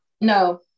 no